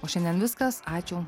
o šiandien viskas ačiū